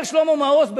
אומר שלמה מעוז: